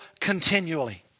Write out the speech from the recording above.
continually